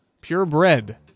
purebred